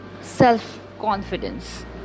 self-confidence